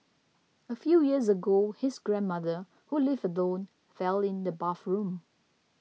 a few years ago his grandmother who lived alone fell in the bathroom